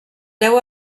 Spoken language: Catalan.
deu